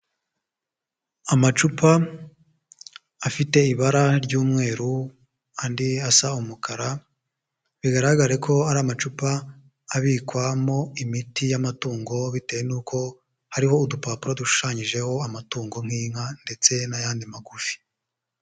Amacupa afite ibara ry'umweru, andi asa umukara, bigaragare ko ari amacupa abikwamo imiti y'amatungo bitewe n'uko hariho udupapuro dushushanyijeho amatungo nk'inka ndetse n'ayandi magufi.